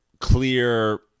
clear